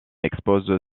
expose